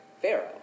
Pharaoh